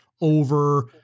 over